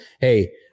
hey